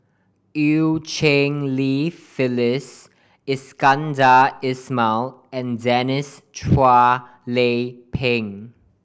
Eu Cheng Li Phyllis Iskandar Ismail and Denise Chua Lay Peng